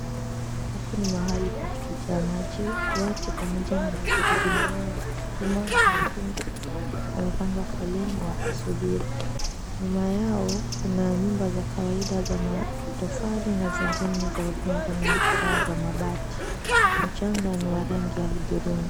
Huku ni mahali pa kuchotea maji, watu pamoja na magurudumu yao ya kusukuma mitungi wamepanga foleni wakisubiri. Nyuma yao kuna nyumba za kawaida za matofali na udongo na zingine za paa za mabati, mchanga ni wa rangi ya hudhurungi.